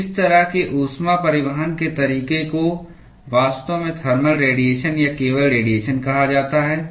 तो इस तरह के ऊष्मा परिवहन के तरीके को वास्तव में थर्मल रेडीएशन या केवल रेडीएशन कहा जाता है